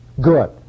Good